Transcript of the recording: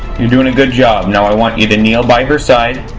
you're doing a good job, now i want you to kneel by her side,